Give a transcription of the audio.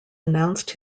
announced